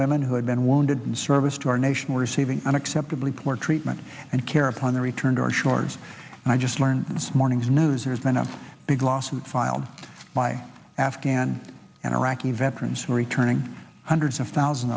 women who had been wounded in service to our nation were receiving an acceptably poor treatment and care upon their return to our shores and i just learned this morning's news there's been a big lawsuit filed by afghan and iraqi veterans returning hundreds of thousand